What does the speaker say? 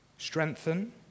Strengthen